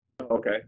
Okay